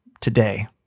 today